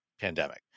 pandemic